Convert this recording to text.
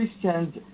Christians